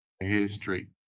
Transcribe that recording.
history